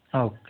okay